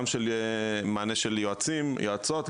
גם מענה של יועצים ויועצות,